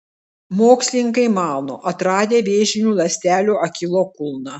mokslininkai mano atradę vėžinių ląstelių achilo kulną